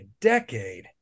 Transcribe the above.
decade